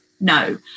No